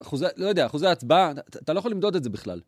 אחוזי, לא יודע, אחוזי הצבעה, אתה לא יכול למדוד את זה בכלל.